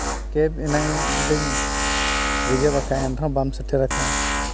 cab ᱮᱱᱟᱱ ᱫᱚᱧ reserve ᱟᱠᱟᱫᱼᱟ ᱮᱱᱦᱚᱸ ᱵᱟᱢ ᱥᱮᱴᱮᱨ ᱟᱠᱟᱫᱼᱟ